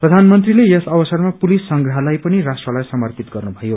प्रधानमन्त्रीले यस अवसरमा पुलिस संग्रहालय पनि राष्ट्रलाई समर्पित गर्नु भयो